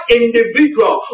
individual